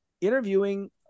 interviewing